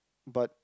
but